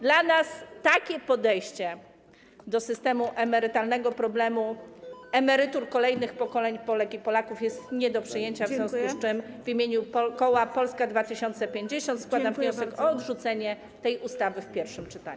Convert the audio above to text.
Dla nas takie podejście do systemu emerytalnego i problemu emerytur kolejnych pokoleń Polek i Polaków jest nie do przyjęcia, w związku z czym w imieniu koła Polska 2050 składam wniosek o odrzucenie tej ustawy w pierwszym czytaniu.